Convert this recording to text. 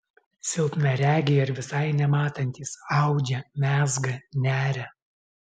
silpnaregiai ar visai nematantys audžia mezga neria